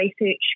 research